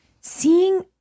Seeing